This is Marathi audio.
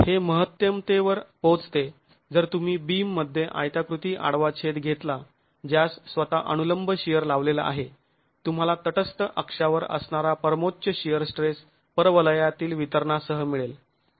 हे महत्तमतेवर पोहोचते जर तुम्ही बीम मध्ये आयताकृती आडवा छेद घेतला ज्यास स्वतः अनुलंब शिअर लावलेला आहे तुंम्हाला तटस्थ अक्षावर असणारा परमोच्च शिअर स्ट्रेस परवलयातील वितरणासह मिळेल